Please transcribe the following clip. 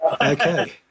Okay